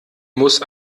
muss